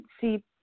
see